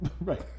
Right